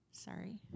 Sorry